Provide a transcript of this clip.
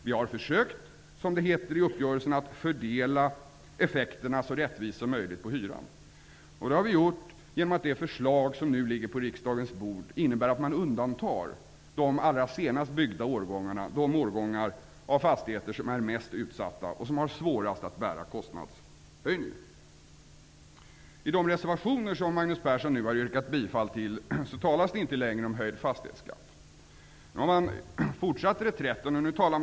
Vi har försökt att, som det heter i uppgörelsen, fördela effekterna så rättvist som möjligt på hyran. Det har vi gjort genom att se till att det förslag som nu ligger på riksdagens bord innebär att man undantar de allra senast byggda fastigheterna, som ju är mest utsatta och som har svårast att bära kostnadshöjningar. I de reservationer som Magnus Persson har yrkat bifall till talas det inte längre om höjd fastighetsskatt. Nu fortsätter man reträtten.